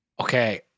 Okay